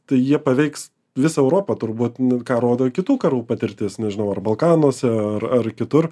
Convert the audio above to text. tai jie paveiks visa europa turbūt ką rodo kitų karų patirtis nežinau ar balkanuose ar ar kitur